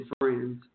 friends